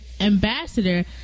ambassador